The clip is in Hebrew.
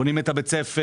בונים את בית הספר